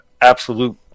absolute